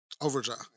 Overdrive